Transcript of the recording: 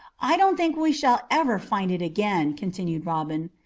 i don't think we shall ever find it again, continued robin.